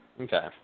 Okay